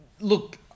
look